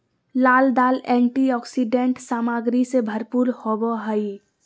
लाल दाल एंटीऑक्सीडेंट सामग्री से भरपूर होबो हइ